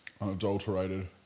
unadulterated